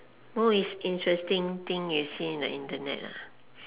most interesting thing you see in the internet